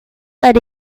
but